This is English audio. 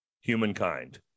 Humankind